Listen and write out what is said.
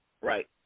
right